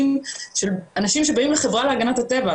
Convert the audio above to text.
של אנשים שבאים לחברה להגנת הטבע.